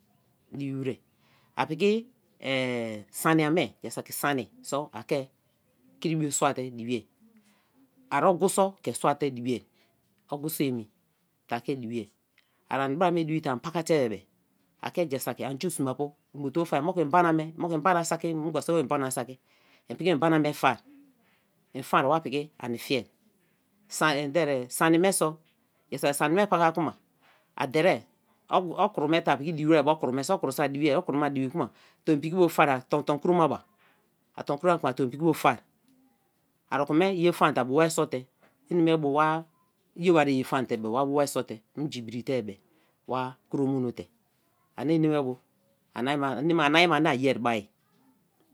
Dii wer a piki sani amei, jaa saki sani so kri bio suate dii bie, ari ogu so ke suate dii bie, agu so emi te a ke suate dii bie, ara bra me dibi te anie paka te be-e a ke ja sa-ki an ju sme-apu ibo te bo fa-a moku mbana me, moku mbana saki, mem-gba so mbana saki, in piki mbo na me far, in far wa piki ani fi sani sani me so, ja saki sani me paka kma a derei okro me so a di wer, okro me a diwe kma tomi piki bu fe, a ton ton kro ma ba, a ton kroma kma tom piki bu fe, okon me ye faan te o bo wai so te, eneme bo wa ye bai ye ye faan te bebe, wa bo wai sorte bo minji brii te bebe wa kro mono te ani eneme bo, anie ma, anie ma ani u bai